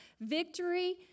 victory